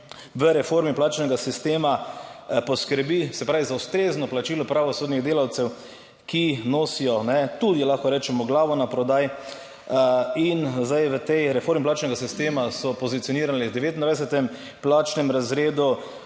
v reformi plačnega sistema poskrbi, se pravi, za ustrezno plačilo pravosodnih delavcev, ki nosijo tudi, lahko rečemo, glavo na prodaj in zdaj v tej reformi plačnega sistema so pozicionirani v 29. plačnem razredu.